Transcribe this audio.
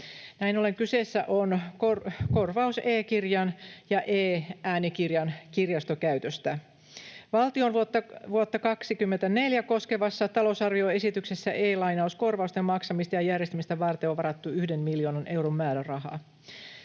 Näin ollen kyseessä on korvaus e-kirjan ja e-äänikirjan kirjastokäytöstä. Valtion vuotta 24 koskevassa talousarvioesityksessä e-lainauskorvausten maksamista ja järjestämistä varten on varattu yhden miljoonan euron määräraha.